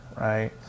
right